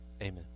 amen